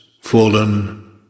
Fallen